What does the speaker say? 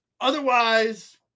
Otherwise